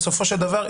בסופו של דבר,